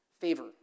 favor